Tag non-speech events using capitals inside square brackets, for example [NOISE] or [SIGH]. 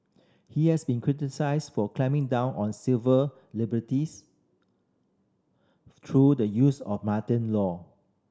he has been criticised for clamping down on civil liberties through the use of [UNINTELLIGIBLE] law